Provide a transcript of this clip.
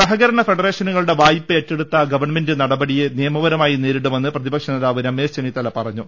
സഹകരണ ഫെഡറേഷനുകളുടെ വ്യായ്പ ഏറ്റെടുത്ത ഗവൺമെന്റ് നടപടിയെ നിയമപരമായി നേരിടുമെന്ന് പ്രതിപക്ഷ നേതാവ് രമേശ് ചെന്നിത്തല പറഞ്ഞു